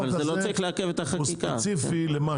החוק הזה הוא ספציפי למשהו.